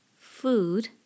food